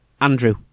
Andrew